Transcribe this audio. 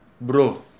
bro